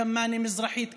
כמאנה המזרחית,